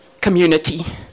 community